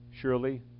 Surely